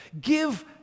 give